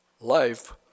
life